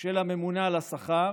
של הממונה על השכר